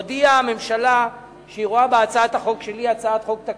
הודיעה הממשלה שהיא רואה בהצעת החוק שלי הצעת חוק תקציבית,